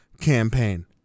campaign